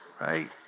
Right